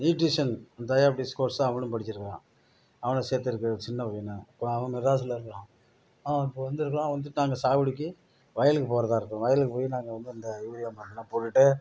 nutrition diabetes course அவனும் படிச்சிருக்கிறான் அவன சேத்திருக்கு சின்ன பையனை அவன் மெட்ராஸில் இருக்கிறான் அவன் இப்போ வந்திருக்கிறான் வந்துவிட்டா இந்த சாவடிக்கு வயலுக்கு போறதாயிருக்கும் வயலுக்கு போய் நாங்கள் வந்து அந்த யூரியா மருந்துலாம் போட்டுவிட்டு